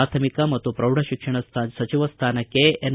ಪ್ರಾಥಮಿಕ ಮತ್ತು ಪ್ರೌಢಶಿಕ್ಷಣ ಸಚಿವ ಸ್ಥಾನಕ್ಕೆ ಎನ್